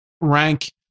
rank